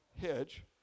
hedge